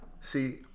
See